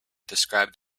described